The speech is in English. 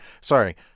sorry